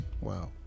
Wow